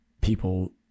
people